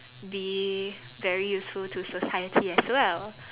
be very useful to society as well